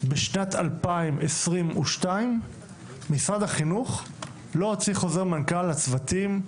בשנת 2022 משרד החינוך לא הוציא חוזר מנכ"ל לצוותים,